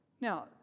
Now